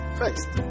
first